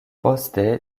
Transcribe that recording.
poste